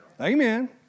Amen